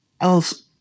else